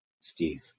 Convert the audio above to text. Steve